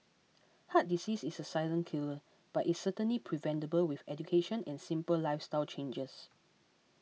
heart disease is a silent killer but is certainly preventable with education and simple lifestyle changes